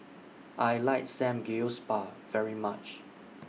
I like Samgeyopsal very much